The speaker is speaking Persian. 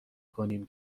کنیم